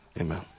Amen